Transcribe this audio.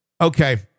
Okay